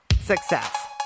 success